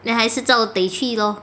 then 还是照得去 lor